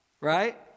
right